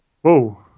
Whoa